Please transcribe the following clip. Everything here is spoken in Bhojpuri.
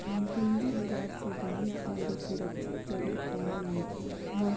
पूंजी बाजार से बढ़िया अउरी सुरक्षित जगह कौनो नइखे